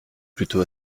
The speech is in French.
plutôt